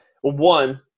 one